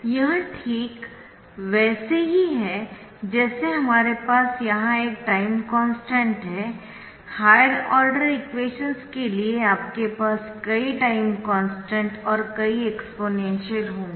यह ठीक वैसे ही है जैसे हमारे पास यहां एक टाइम कॉन्स्टन्ट है हायर ऑर्डर इक्वेशंस के लिए आपके पास कई टाइम कॉन्स्टन्ट और कई एक्सपोनेंशियल होंगे